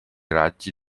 raggi